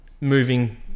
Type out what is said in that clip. moving